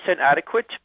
adequate